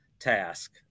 task